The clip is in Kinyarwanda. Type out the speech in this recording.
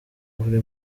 buri